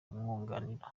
umwunganira